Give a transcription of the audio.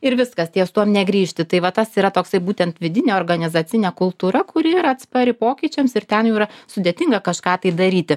ir viskas ties tuom negrįžti tai va tas yra toksai būtent vidinė organizacinė kultūra kuri yra atspari pokyčiams ir ten jau yra sudėtinga kažką tai daryti